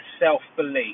self-belief